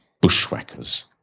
bushwhackers